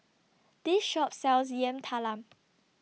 This Shop sells Yam Talam